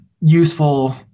useful